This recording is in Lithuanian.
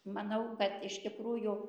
manau kad iš tikrųjų